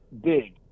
big